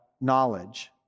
knowledge